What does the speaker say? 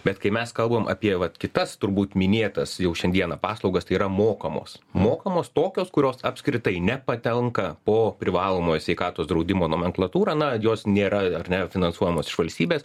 bet kai mes kalbam apie vat kitas turbūt minėtas jau šiandieną paslaugas tai yra mokamos mokamos tokios kurios apskritai nepatenka po privalomojo sveikatos draudimo nomenklatūra na jos nėra ar ne finansuojamos iš valstybės